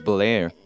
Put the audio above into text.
Blair